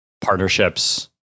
partnerships